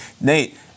Nate